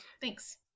Thanks